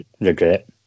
regret